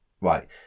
Right